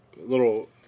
little